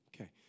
Okay